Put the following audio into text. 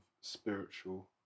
spiritual